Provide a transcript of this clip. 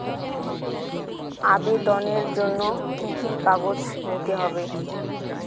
আবেদনের জন্য কি কি কাগজ নিতে হবে?